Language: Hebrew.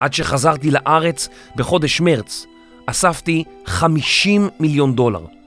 עד שחזרתי לארץ בחודש מרץ, אספתי 50 מיליון דולר.